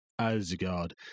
Asgard